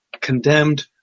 condemned